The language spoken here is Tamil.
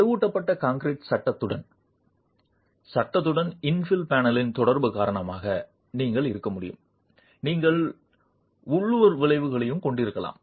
வலுவூட்டப்பட்ட கான்கிரீட் சட்டத்துடன் சட்டத்துடன் இன்ஃபில் பேனலின் தொடர்பு காரணமாக நீங்கள் இருக்க முடியும் நீங்கள் உள்ளூர் விளைவுகளையும் கொண்டிருக்கலாம்